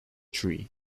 tree